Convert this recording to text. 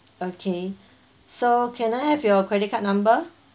okay so can I have your credit card number